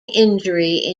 injury